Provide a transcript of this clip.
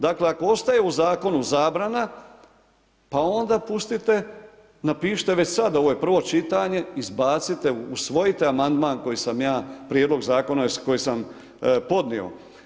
Dakle, ako ostaje u zakonu zabrana pa onda pustite, napišite već sada, ovo je prvo čitanje, izbacite, usvojite amandman u prijedlog zakona koji sam podnio.